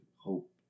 hope